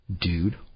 Dude